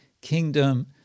kingdom